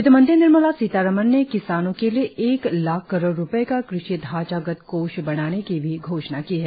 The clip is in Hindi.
वित्तमंत्री निर्मला सीतारामन ने किसानों के लिए एक लाख करोड़ रुपये का कृषि ढांचागत कोष बनाने की भी घोषणा की है